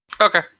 Okay